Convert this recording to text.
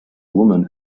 woman